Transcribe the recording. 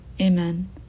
amen